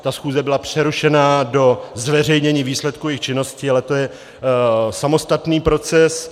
Ta schůze byla přerušena do zveřejnění výsledku jejich činnosti, ale to je samostatný proces.